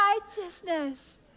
righteousness